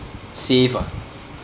safe ah